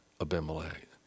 Abimelech